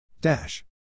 Dash